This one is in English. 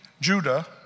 Judah